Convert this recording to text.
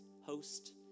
host